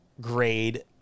grade